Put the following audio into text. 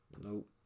Nope